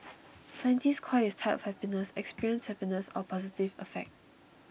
scientists call his type of happiness experienced happiness or positive affect